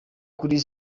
kuri